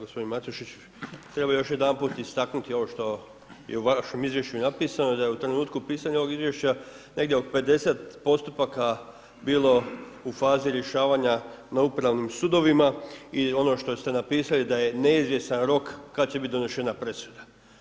Gospodin Matešić, treba još jedanput istaknuti ovo što je u vašem izvješću napisano, da je u trenutku pisanja ovog izvješća negdje 50 postupaka bilo u fazi rješavanja na upravnim sudovima i ono što ste napisali da je neizvjestan rok, kada će biti donešena presuda.